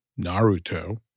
Naruto